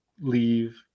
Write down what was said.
leave